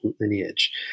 lineage